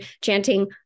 chanting